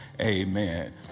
amen